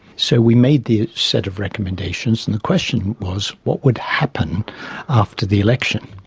so we made the set of recommendations and the question was what would happen after the election?